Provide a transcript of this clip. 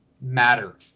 matter